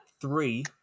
three